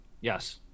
Yes